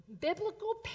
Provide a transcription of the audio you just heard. Biblical